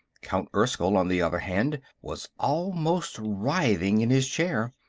count erskyll, on the other hand, was almost writhing in his chair.